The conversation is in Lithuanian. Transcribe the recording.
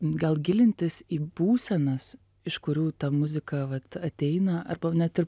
gal gilintis į būsenas iš kurių ta muzika vat ateina arba net ir